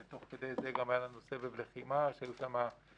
ותוך כדי זה גם היה לנו סבב לחימה עם כמה בעיות,